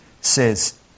says